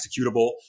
executable